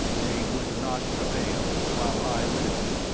they would not prevail while i lived.